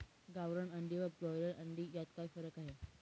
गावरान अंडी व ब्रॉयलर अंडी यात काय फरक आहे?